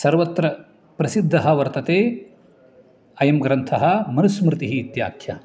सर्वत्र प्रसिद्धः वर्तते अयं ग्रन्थः मनुस्मृतिः इत्याख्यः